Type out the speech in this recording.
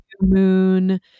moon